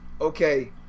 Okay